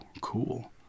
cool